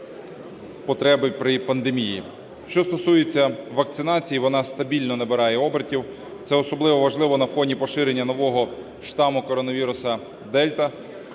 Що стосується вакцинації, вона стабільно набирає обертів. Це особливо важливо на фоні поширення нового штаму коронавірусу "Дельта".